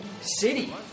city